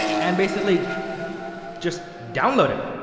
and basically just download it.